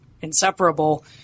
inseparable